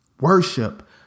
worship